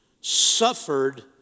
suffered